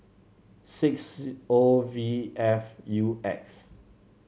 six O V F U X